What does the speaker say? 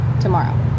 tomorrow